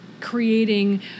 creating